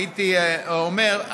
הייתי אומר,